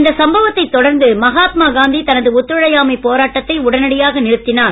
இந்த சம்பவத்தைத் தொடர்ந்து மகாத்மா காந்தி தனது ஒத்துழையாமை போராட்டத்தை உடனடியாக நிறுத்தினார்